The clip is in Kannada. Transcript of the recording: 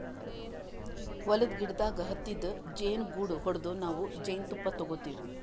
ಹೊಲದ್ದ್ ಗಿಡದಾಗ್ ಹತ್ತಿದ್ ಜೇನುಗೂಡು ಹೊಡದು ನಾವ್ ಜೇನ್ತುಪ್ಪ ತಗೋತಿವ್